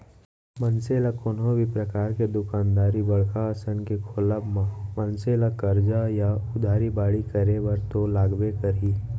मनसे ल कोनो भी परकार के दुकानदारी बड़का असन के खोलब म मनसे ला करजा या उधारी बाड़ही करे बर तो लगबे करही